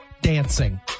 dancing